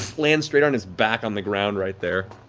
ah lands straight on his back on the ground right there.